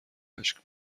اشک